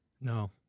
No